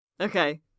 Okay